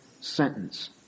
sentence